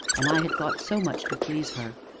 and i had thought so much to please her!